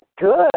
good